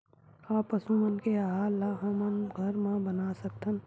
का पशु मन के आहार ला हमन घर मा बना सकथन?